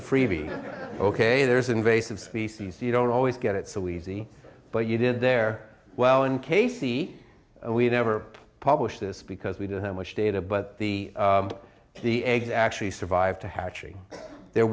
a freebie ok there's invasive species you don't always get it so easy but you did there well in k c and we never published this because we didn't have much data but the the eggs actually survived to hatch there